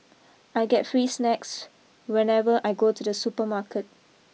I get free snacks whenever I go to the supermarket